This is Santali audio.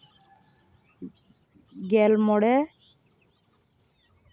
ᱜᱮᱞᱢᱚᱬᱮ